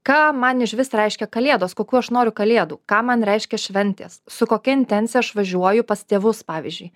ką man išvis reiškia kalėdos kokių aš noriu kalėdų ką man reiškia šventės su kokia intencija aš važiuoju pas tėvus pavyzdžiui